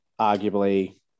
arguably